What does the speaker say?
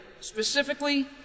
Specifically